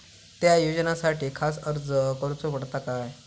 त्या योजनासाठी खास अर्ज करूचो पडता काय?